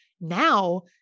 now